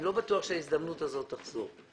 אני לא בטוח שההזדמנות הזאת תחזור.